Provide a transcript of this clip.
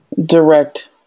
direct